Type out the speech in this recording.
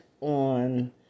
on